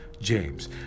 James